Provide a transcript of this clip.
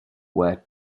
were